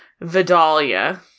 Vidalia